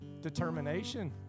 determination